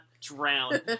drown